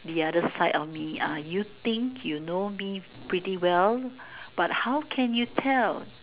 the other side of me ah you think you know me pretty well but how can you tell